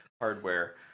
hardware